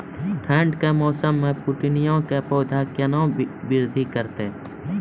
ठंड के मौसम मे पिटूनिया के पौधा केना बृद्धि करतै?